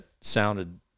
sounded